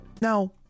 Now